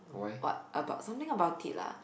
what about something about it lah